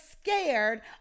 scared